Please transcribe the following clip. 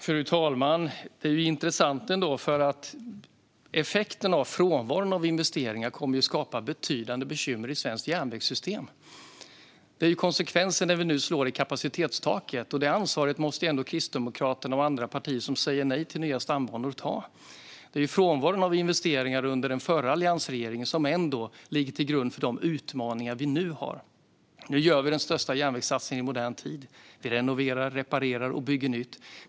Fru talman! Det är ju intressant, för effekten av frånvaron av investeringar kommer att skapa betydande bekymmer i det svenska järnvägssystemet. Det är konsekvensen när vi nu slår i kapacitetstaket, och ansvaret för det måste Kristdemokraterna och andra partier som säger nej till nya stambanor ta. Det är frånvaron av investeringar under alliansregeringen som ligger till grund för de utmaningar vi nu har. Nu gör vi den största järnvägssatsningen i modern tid. Vi renoverar, reparerar och bygger nytt.